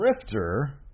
Drifter